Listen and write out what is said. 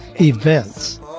events